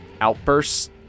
outbursts